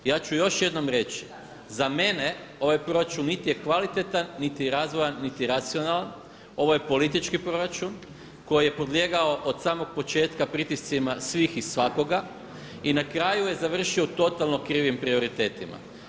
Ja ću još jednom reći za mene ovaj proračun niti je kvalitetan, niti razvojan, niti racionalan ovo je politički proračun koji je podlijegao od samog početka pritiscima svih i svakoga i na kraju je završio u totalno krivim prioritetima.